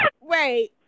wait